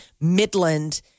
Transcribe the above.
Midland